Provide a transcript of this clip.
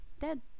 dead